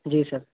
جی سر